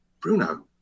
Bruno